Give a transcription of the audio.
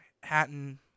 Hatton